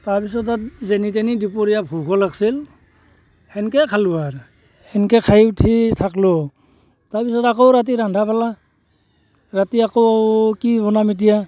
তাৰপিছত তাত যেনে তেনে দুপৰীয়া ভোকো লাগছিল সেনেকৈ খালোঁ আৰু সেনেকৈ খাই উঠি থাকলোঁ তাৰপিছত আকৌ ৰাতি ৰান্ধা পালা ৰাতি আকৌ কি বনাম এতিয়া